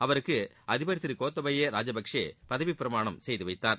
அவருக்கு அதிபர் திரு கோத்தபய ராஜபக்ஷே பதவிப்பிரமாணம் செய்து வைத்தார்